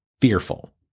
Fearful